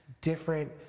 different